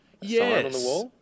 Yes